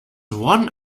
one